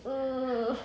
err